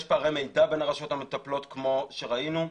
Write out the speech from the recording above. יש פערי מידע בין הרשויות המטפלות כמו שראינו.